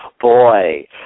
Boy